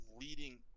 leading